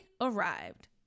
arrived